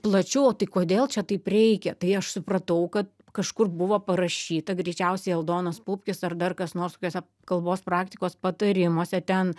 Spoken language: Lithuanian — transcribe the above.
plačiau o tai kodėl čia taip reikia tai aš supratau kad kažkur buvo parašyta greičiausiai aldonas pupkis ar dar kas nors kokiose kalbos praktikos patarimuose ten